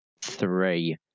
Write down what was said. three